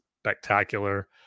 spectacular